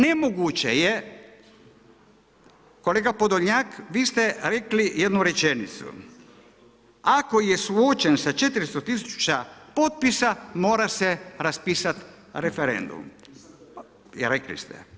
Nemoguće je kolega Podolnjak, vi ste rekli jednu rečenicu – Ako je slučaj sa 400 tisuća potpisa mora se raspisat referendum. [[… upadica ne razumije se]] Rekli ste.